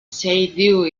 seydiu